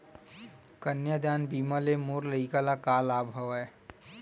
कन्यादान बीमा ले मोर लइका ल का लाभ हवय?